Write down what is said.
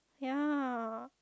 yeah